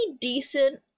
decent